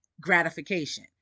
gratification